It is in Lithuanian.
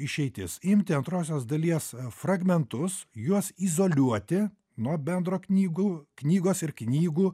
išeitis imti antrosios dalies fragmentus juos izoliuoti nuo bendro knygų knygos ir knygų